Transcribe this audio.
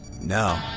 No